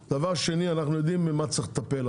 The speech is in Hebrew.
דבר שני, אנחנו יודעים במה צריך לטפל.